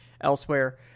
elsewhere